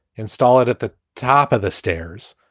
install it at the top of the stairs,